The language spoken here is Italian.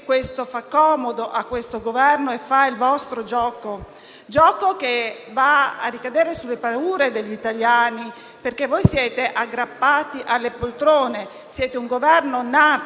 perché fa comodo a questo Governo e fa il vostro gioco che va a ricadere sulle paure degli italiani perché voi siete aggrappati alle poltrone? Siete un Governo nato